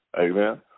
Amen